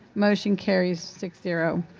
motion carries, six zero.